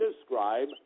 describe